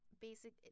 basic